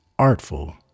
Artful